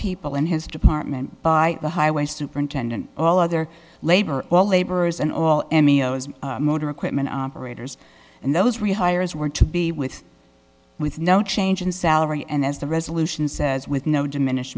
people in his department by the highway superintendent all other labor well laborers and all motor equipment operators and those real hires were to be with with no change in salary and as the resolution says with no diminish